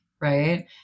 Right